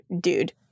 dude